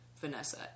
Vanessa